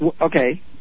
Okay